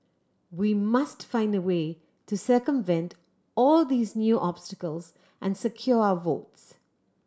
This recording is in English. we must find a way to circumvent all these new obstacles and secure our votes